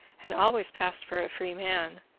and always passed for a free man,